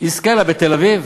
יזכה לה בתל-אביב.